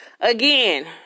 again